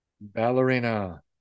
Ballerina